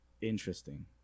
Interesting